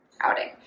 outing